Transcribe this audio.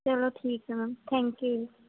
ਚਲੋ ਠੀਕ ਹੈ ਮੈਮ ਥੈਂਕ ਯੂ